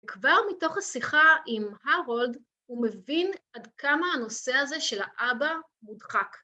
כבר מתוך השיחה עם הרולד הוא מבין עד כמה הנושא הזה של האבא מודחק.